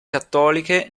cattoliche